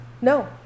No